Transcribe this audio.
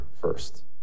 first